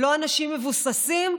לא אנשים מבוססים,